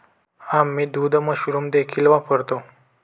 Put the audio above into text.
आम्ही दूध मशरूम देखील वापरतो